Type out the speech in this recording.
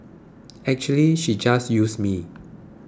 actually she just used me